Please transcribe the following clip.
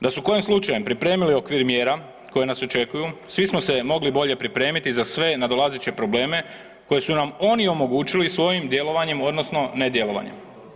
Da su kojim slučajem pripremili okvir mjera koje nas očekuju svi smo se mogli bolje pripremiti za sve nadolazeće probleme koje su nam oni omogućili svojim djelovanjem odnosno nedjelovanjem.